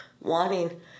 wanting